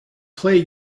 play